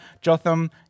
Jotham